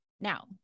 Now